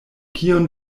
kion